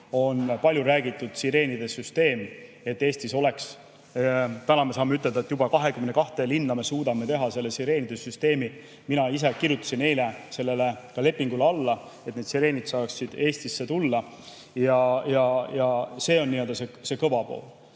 palju räägitud sireenide süsteem. Täna saame ütelda, et juba 22‑sse linna me suudame teha sireenide süsteemi. Mina ise kirjutasin eile sellele lepingule alla, et need sireenid saaksid Eestisse tulla. See on see nii-öelda kõva pool.